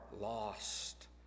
lost